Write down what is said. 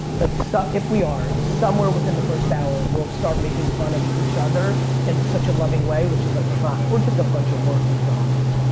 but if we are, somewhere within the first hour, we'll start making fun of each other in such a loving way which is like fuck, we're just a bunch of working dogs.